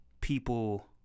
people